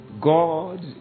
God